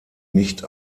nicht